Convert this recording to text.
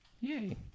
Yay